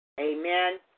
Amen